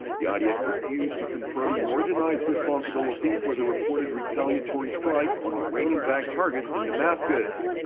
the idf refused to confirm nor deny its responsibility for the reported retaliatory strike on iranian-backed targets in damascus.